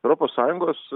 europos sąjungos